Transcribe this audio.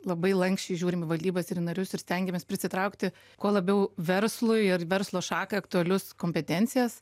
labai lanksčiai žiūrim į valdybas ir į narius ir stengiamės prisitraukti kuo labiau verslui ar verslo šakai aktualius kompetencijas